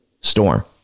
Storm